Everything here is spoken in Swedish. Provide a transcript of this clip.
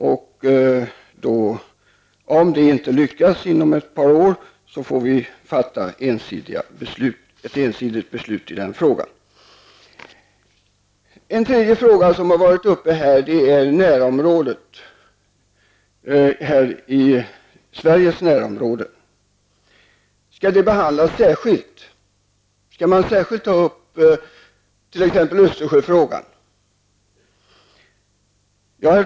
Om det inte skulle lyckas inom ett par år, får vi fatta ett ensidigt beslut i frågan. En tredje fråga som har varit uppe här gäller Sveriges närområde. Skall den frågan behandlas särskilt? Och skall man ta upp t.ex. Östersjöfrågan för sig?